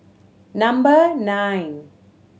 number nine